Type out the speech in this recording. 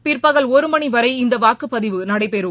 பிற்பகல் ஒரு மணி வரை இந்த வாக்குப்பதிவு நடைபெறும்